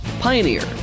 Pioneer